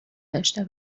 داشته